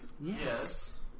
Yes